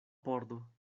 pordo